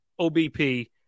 OBP